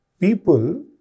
people